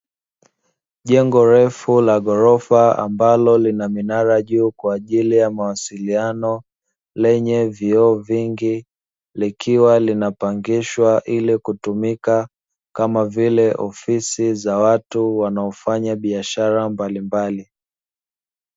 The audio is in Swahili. Jengo refu la ghorofa ambalo lina minara juu kwa ajili ya mawasiliano, lenye vioo vingi likiwa linapangishwa ili kutumika, kama vile ofisi za watu wanaofanya biashara mbalimbali.